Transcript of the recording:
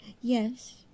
Yes